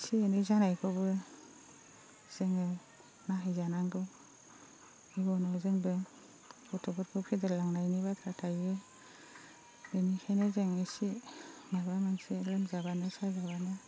एसे एनै जानायखौबो जोङो नायहैजानांगौ जिबनाव जोंबो गथ'फोरखौ फेदेरलांनायनि बाथ्रा थायो इनिखायनो जों एसे माबा मोनसे लोमजाब्लानो साजाब्लानो